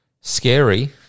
scary